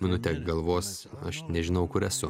minutę galvos aš nežinau kur esu